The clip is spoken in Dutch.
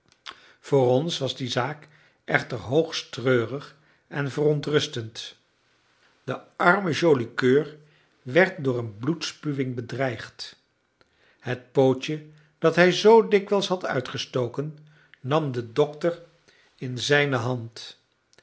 voor ons was die zaak echter hoogst treurig en verontrustend de arme joli coeur werd door een bloedspuwing bedreigd het pootje dat hij zoo dikwijls had uitgestoken nam de dokter in zijne hand